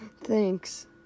Thanks